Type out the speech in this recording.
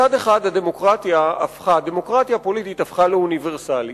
מצד אחד, הדמוקרטיה הפוליטית הפכה לאוניברסלית,